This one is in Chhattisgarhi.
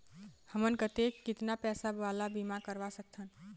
हमन कतेक कितना पैसा वाला बीमा करवा सकथन?